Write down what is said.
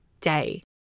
day